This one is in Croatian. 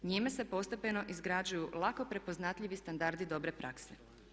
Njime se postepeno izgrađuju lako prepoznatljivi standardi dobre prakse.